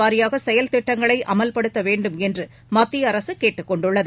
வாரியாக செயல் திட்டங்களை அமல்படுத்த வேண்டுமென்று மத்திய அரசு கேட்டுக் கொண்டுள்ளது